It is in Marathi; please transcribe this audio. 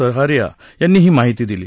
सहारिया यांनी ही माहिती दिली